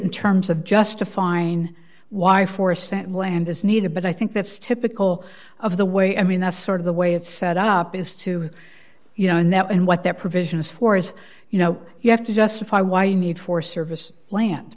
in terms of justifying why four cent land is needed but i think that's typical of the way i mean that's sort of the way it's set up is to you know and that and what that provision is for is you know you have to justify why you need for service land